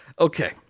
Okay